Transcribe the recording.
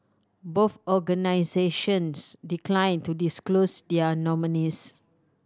both organisations declined to disclose their nominees